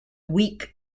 weak